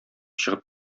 чыгып